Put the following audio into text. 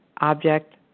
Object